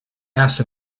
asked